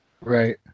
right